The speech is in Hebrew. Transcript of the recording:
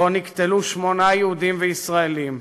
שבו נקטלו שמונה יהודים וישראלים.